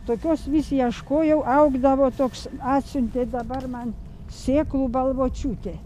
tokios vis ieškojau augdavo toks atsiuntė dabar man sėklų balvočiūtė